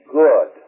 good